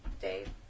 Dave